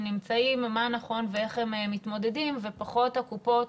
נמצאים מה נכון ואיך הם מתמודדים ופחות הקופות